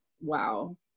wow